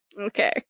Okay